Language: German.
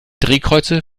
drehkreuze